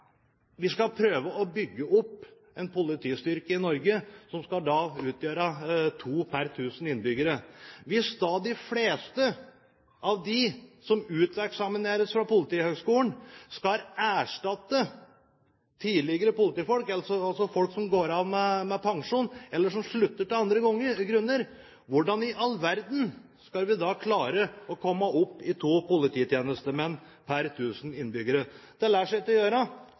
Vi skal prøve å bygge opp en politistyrke i Norge som skal utgjøre to tjenestemenn per 1 000 innbyggere. Hvis de fleste av dem som uteksamineres fra Politihøgskolen, skal erstatte tidligere politifolk – altså folk som går av med pensjon, eller som slutter av andre grunner – hvordan i all verden skal vi da klare å komme opp i to polititjenestemenn per 1 000 innbyggere? Det lar seg ikke gjøre.